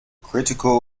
critical